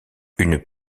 une